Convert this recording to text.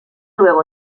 luego